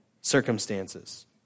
circumstances